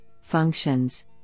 functions